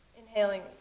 inhaling